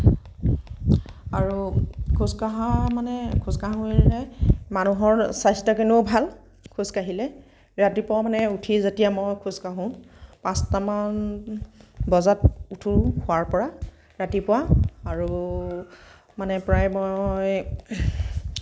আৰু খোজকঢ়া মানে খোজকঢ়া বুলিলে মানুহৰ স্বাস্থ্যৰ কাৰণেও ভাল খোজ কাঢ়িলে ৰাতিপুৱাও মানে উঠি যেতিয়া মই খোজ কাঢ়োঁ পাঁচটা মান বজাত উঠোঁ শুৱাৰ পৰা ৰাতিপুৱা আৰু মানে প্ৰায় মই